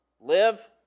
live